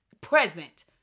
present